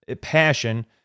passion